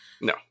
no